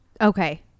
okay